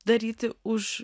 daryti už